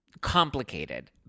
complicated